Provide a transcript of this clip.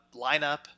lineup